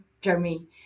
Jeremy